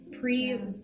pre